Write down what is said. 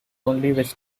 only